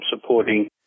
supporting